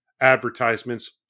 advertisements